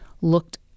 looked